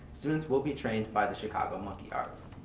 students will be trained by the chicago monkey arts.